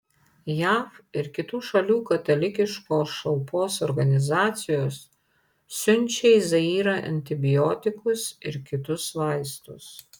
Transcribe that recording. jav ir kitų šalių katalikiškos šalpos organizacijos siunčia į zairą antibiotikus ir kitus vaistus